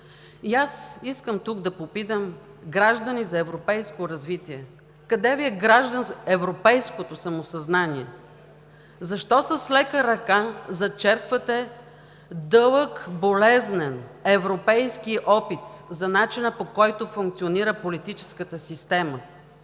Искам тук да попитам, граждани за европейско развитие, къде Ви е европейското самосъзнание? Защо с лека ръка зачерквате дълъг, болезнен европейски опит за начина, по който функционира политическата система?